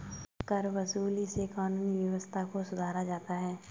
करवसूली से कानूनी व्यवस्था को सुधारा जाता है